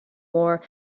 wore